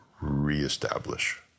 reestablish